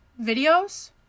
videos